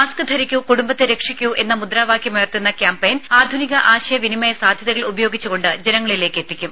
mask ധരിക്കൂ കുടുംബത്തെ രക്ഷിക്കൂ എന്ന മുദ്രാവാക്യമുയർത്തുന്ന ക്യാമ്പയിൻ ആധുനിക ആശയവിനിമയ സാധ്യതകൾ ഉപയോഗിച്ചുകൊണ്ട് ജനങ്ങളിലേക്കെത്തിക്കും